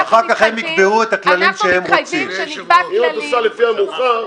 אנחנו מתחייבים שנקבע כללים --- אם את עושה לפי המאוחר,